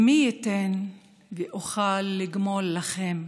מי ייתן ואוכל לגמול לכם,